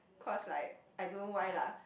cause like I don't know why lah